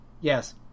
yes